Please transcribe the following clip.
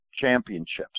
Championships